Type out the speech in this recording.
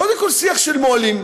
קודם כול, שיח של מו"לים: